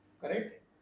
correct